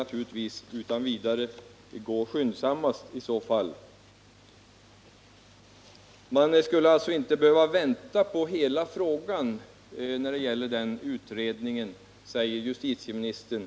Det skulle utan vidare gå snabbast, eftersom man alltså inte skulle behöva vänta på att hela frågan först blev färdigbehandlad i utredningen, anser justitieministern.